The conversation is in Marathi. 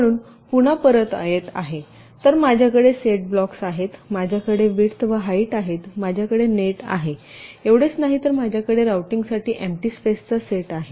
म्हणून पुन्हा परत येत आहे तर माझ्याकडे सेट ब्लॉक्स आहेत माझ्याकडे विड्थ व हाईट आहेत माझ्याकडे नेट आहे एवढेच नाही तर माझ्याकडे रूटिंगसाठी एम्पटी स्पेसचा सेट आहे